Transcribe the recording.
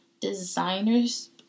designers